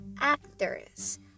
Actors